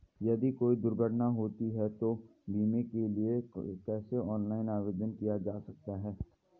यदि कोई दुर्घटना होती है तो बीमे के लिए कैसे ऑनलाइन आवेदन किया जा सकता है?